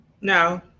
No